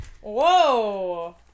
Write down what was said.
whoa